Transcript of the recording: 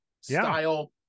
style